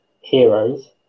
heroes